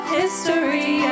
history